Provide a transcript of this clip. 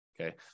okay